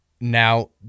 now